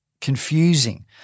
Confusing